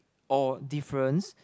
or difference